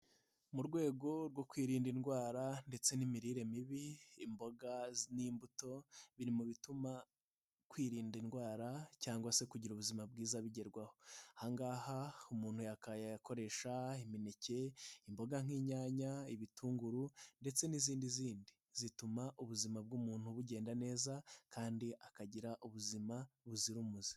Mu rwego rwo kwirinda indwara ndetse n'imirire mibi, imboga n'imbuto biri mu bituma kwirinda indwara cyangwa se kugira ubuzima bwiza bigerwaho, aha ngaha umuntu yakabaye akoresha imineke, imboga nk'inyanya, ibitunguru ndetse n'izindi zindi, zituma ubuzima bw'umuntu bugenda neza kandi akagira ubuzima buzira umuze.